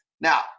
Now